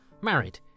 married